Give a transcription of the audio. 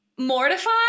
mortified